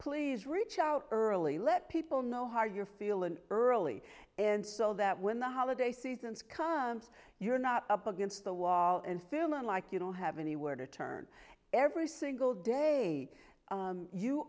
please reach out early let people know how you're feeling early and so that when the holiday season is comes you're not up against the wall and film unlike you don't have anywhere to turn every single day